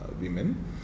women